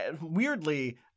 weirdly